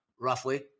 roughly